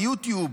ביוטיוב?